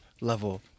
level